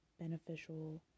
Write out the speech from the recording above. beneficial